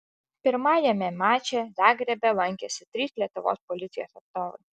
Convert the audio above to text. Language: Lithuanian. pirmajame mače zagrebe lankėsi trys lietuvos policijos atstovai